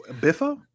Biffo